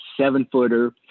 seven-footer